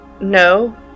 no